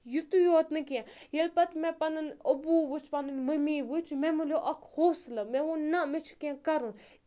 یِتُے یوت نہٕ کیٚنٛہہ ییٚلہِ پَتہٕ مےٚ پَنُن عبوٗ وُچھ پَنٕنۍ مٔمی وُچھ مےٚ موٚلیو اَکھ حوصلہٕ مےٚ ووٚن نہ مےٚ چھُ کیٚنٛہہ کَرُن